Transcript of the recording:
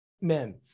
men